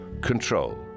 Control